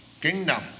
Kingdom